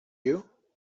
you